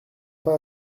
pas